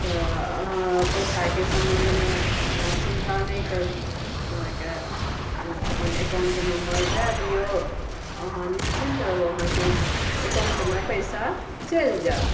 तऽ अहाँ पैसाके सम्बन्धमे अहाँ चिन्ता नहि करू अहाँके अपन एकाउन्ट नम्बर दए दियौ अहाँ निश्चिन्त रहू अहाँके एकाउन्टमे पैसा चैलि जाएत